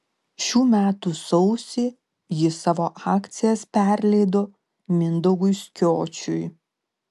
šių metų sausį ji savo akcijas perleido mindaugui skiočiui